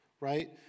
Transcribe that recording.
right